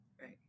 Right